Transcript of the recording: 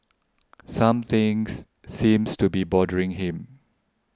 some things seems to be bothering him